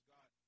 God